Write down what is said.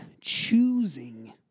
choosing